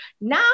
Now